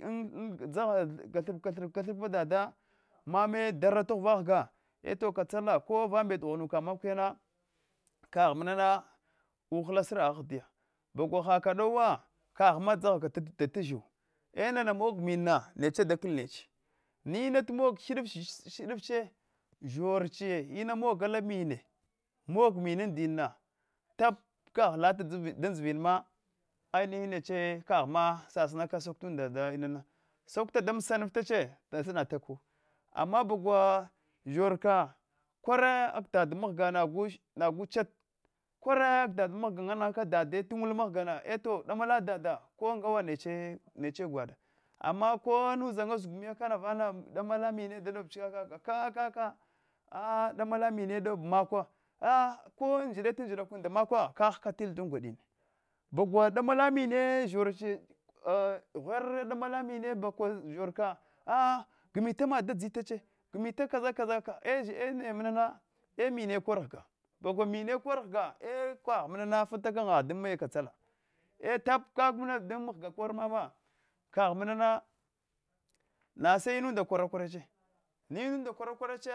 In in szagha kalhip kalhrpan dada mame darra tghuva ghgh eto katasala e kovambet daghumuaka mak ya na kagh mmana uhta ka siragh ahdiya bagwa haka dowa kagh ma dzaghe ka tazhu anana mog minna neche da klche neche da kl neche na’ina t mog hidit che zhorche ina mog alan, min mog miman dinna tap ka gh dzaghaka ta dat zhuu enano amog minna neche dakl neche, mina tmog hidifche shorche ina mog minon dinna tap kagl lata dan dzivvna ainihin che kaghma sasi naka sakutanda da inan sakuta nda da mssatache da sinata ku ama bagwa zhorka kwara kag dad mghgana nagu chat kware kag dad mghga nan nghaka dada ta wuwa mghgana eto damala dada ko ngawa neche gwada ama ko na uzhannya zugume kana vana damala mine dadib cho kaka kakka danala minno dob makwa a ko njide ta njd kurna da makwa ka haka til dan dwadin bagwa damala minine zharche a ghwerra damala mine zhorke a gmita mad ginita kaza kaza ka e naya manna e mine kor ghga bagwa mine kor ghga e kagh minane fanta gharnyagh dammaya katsala e tap kekna dan mghgs kor marma kagh manana nase inunda kwara kwarache na inunda kwara kwarade